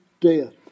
death